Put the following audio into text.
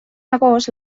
agost